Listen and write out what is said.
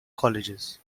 colleges